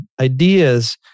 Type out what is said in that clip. ideas